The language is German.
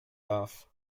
darf